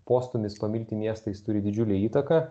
postūmis pamilti miestą jis turi didžiulę įtaką